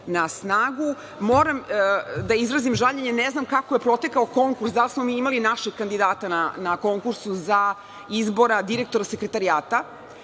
na snagu? Moram da izrazim žaljenje, ne znam kako je protekao konkurs, da li smo mi imali našeg kandidata na konkursu za izbor direktora Sekretarijata,